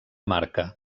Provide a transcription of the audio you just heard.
marca